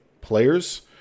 Players